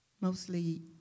mostly